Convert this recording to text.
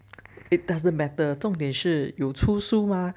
it doesn't matter 重点是有出书吗